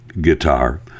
guitar